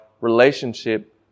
relationship